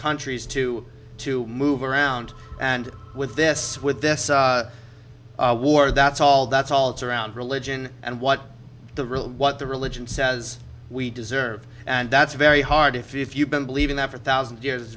countries to to move around and with this with this war that's all that's all it's around religion and what the real what the religion says we deserve and that's very hard if if you've been believing that for a thousand years